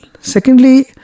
Secondly